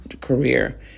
career